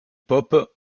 pope